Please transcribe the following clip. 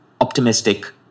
optimistic